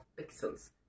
pixels